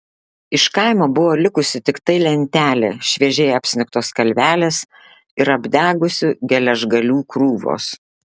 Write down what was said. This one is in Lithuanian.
iš kaimo buvo likusi tiktai lentelė šviežiai apsnigtos kalvelės ir apdegusių geležgalių krūvos